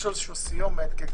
יש סיומת.